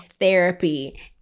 therapy